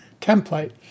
template